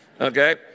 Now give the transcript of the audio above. okay